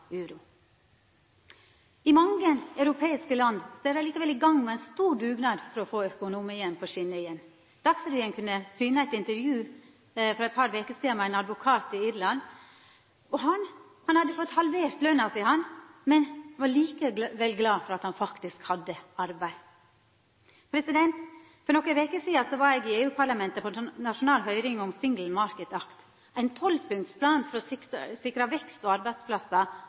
mange europeiske land er dei likevel i gang med ein stor dugnad for å få økonomien på skjener igjen. For eit par veker sidan kunne Dagsrevyen syna eit intervju med ein advokat i Irland. Han hadde fått halvert løna si. Likevel var han glad for at han faktisk hadde arbeid. For nokre veker sidan var eg i EU-parlamentet på nasjonal høyring om «Single Market Act» – ein tolvpunktsplan for å sikra vekst og arbeidsplassar